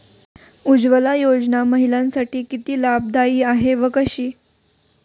उज्ज्वला योजना महिलांसाठी किती लाभदायी आहे व कशी?